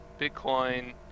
Bitcoin